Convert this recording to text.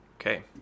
okay